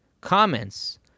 comments